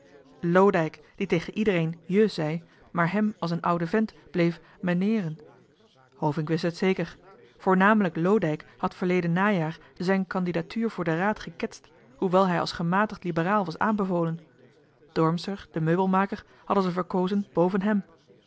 loodijck die tegen iedereen je zei maar die hem als een ouden vent bleef maineeren hovink wist het zeker voornamelijk loodijck had verleden najaar zijn candidatuur voor den raad geketst hoewel hij als gemàtigd liberaal was aanbevolen dormser den meubelmaker hadden ze verkozen boven hem